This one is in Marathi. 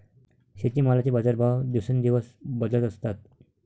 शेतीमालाचे बाजारभाव दिवसेंदिवस बदलत असतात